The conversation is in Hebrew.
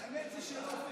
ההצעה להעביר